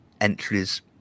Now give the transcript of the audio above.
entries